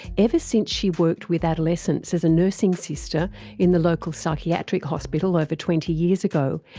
ever since she worked with adolescents as a nursing sister in the local psychiatric hospital over twenty years ago,